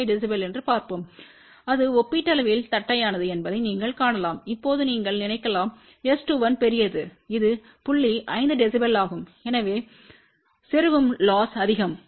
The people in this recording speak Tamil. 5 dB என்று பார்ப்போம் அது ஒப்பீட்டளவில் தட்டையானது என்பதை நீங்கள் காணலாம் இப்போது நீங்கள் நினைக்கலாம் S21பெரியது இது புள்ளி 5 dB ஆகும் எனவே செருகும் லொஸ் அதிகம்